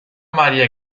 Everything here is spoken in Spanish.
maría